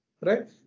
right